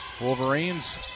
Wolverines